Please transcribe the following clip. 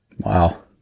Wow